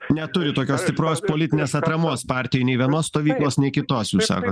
neturi tokios stipros politinės atramos partijoj nei vienos stovyklos nei kitos jūs sakot